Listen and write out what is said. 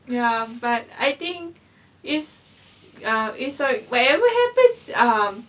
ya but I think it's uh it's whatever happens um